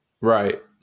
Right